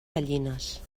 gallines